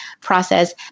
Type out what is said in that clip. process